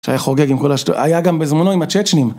חוגג עם כל ה... היה גם בזמנו עם הצ'צ'נים